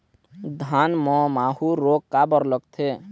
धान म माहू रोग काबर लगथे?